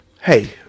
Hey